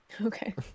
Okay